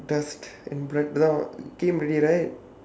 and break down already right